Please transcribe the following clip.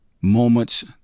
moments